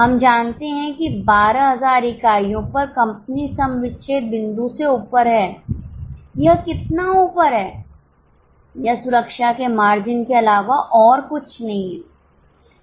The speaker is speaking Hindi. हम जानते हैं कि १२००० इकाइयों पर कंपनी सम विच्छेद बिंदु से ऊपर है यह कितना ऊपर है यह सुरक्षा के मार्जिन के अलावा और कुछ नहीं है